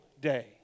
day